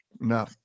No